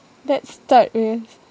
let's start with